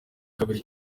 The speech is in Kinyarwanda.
kabiri